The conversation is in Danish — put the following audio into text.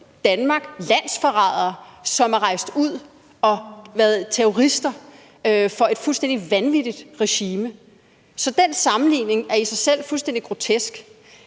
Danmark, landsforrædere, som er rejst ud og har været terrorister for et fuldstændig vanvittigt regime. Så den sammenligning er i sig selv fuldstændig grotesk.